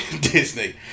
Disney